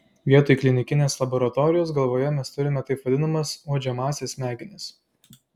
vietoj klinikinės laboratorijos galvoje mes turime taip vadinamas uodžiamąsias smegenis